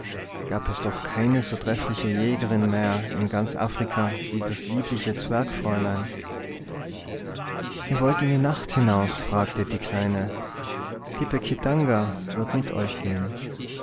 gab es doch keine so treffliche jägerin mehr in ganz afrika wie das liebliche zwergfräulein ihr wollt in die nacht hinaus fragte die kleine tipekitanga wird mit euch gehen